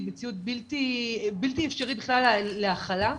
מציאות בלתי אפשרי בכלל להכלה,